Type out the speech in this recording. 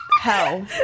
hell